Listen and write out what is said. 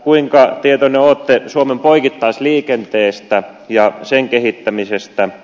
kuinka tietoinen olette suomen poikittaisliikenteestä ja sen kehittämisestä